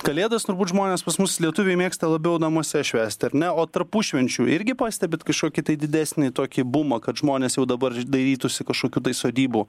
kalėdas turbūt žmonės pas mus lietuviai mėgsta labiau namuose švęsti ar ne o tarpušvenčiu irgi pastebit kažkokį tai didesnį tokį bumą kad žmonės jau dabar dairytųsi kažkokių tai sodybų